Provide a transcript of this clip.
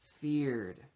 feared